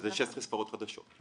וזה 16 ספרות חדשות,